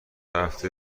هفته